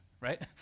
right